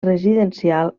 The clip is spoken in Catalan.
residencial